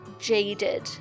jaded